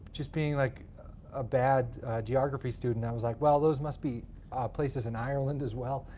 just being like a bad geography student, i was like, well, those must be places in ireland as well.